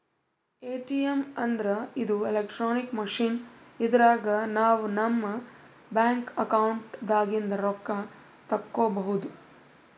ATM ಅಂದ್ರ ಇದು electronic machine ಇದ್ರಾಗ್ ನಾವ್ ನಮ್ ಬ್ಯಾಂಕ್ ಅಕೌಂಟ್ ದಾಗಿಂದ್ ರೊಕ್ಕ ತಕ್ಕೋಬಹುದ್